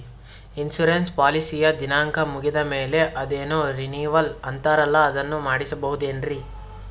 Insurance ಪಾಲಿಸಿಯ ದಿನಾಂಕ ಮುಗಿದ ಮೇಲೆ ಅದೇನೋ ರಿನೀವಲ್ ಅಂತಾರಲ್ಲ ಅದನ್ನು ಮಾಡಿಸಬಹುದೇನ್ರಿ?